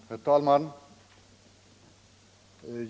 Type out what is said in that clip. Herr talman!